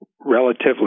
relatively